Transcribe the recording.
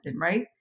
right